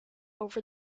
over